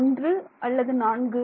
ஒன்று அல்லது நான்கு